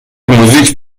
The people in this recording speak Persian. موزیک